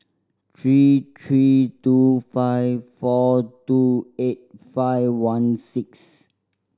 three three two five four two eight five one six